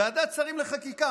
ועדת שרים לחקיקה,